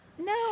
No